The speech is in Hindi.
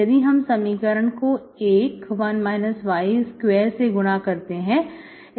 यदि हम इस समीकरण को 1 11 y2 से गुणा करते हैं